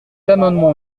amendement